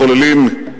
מחוללים,